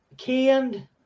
Canned